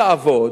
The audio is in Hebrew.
תעבוד,